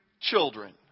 children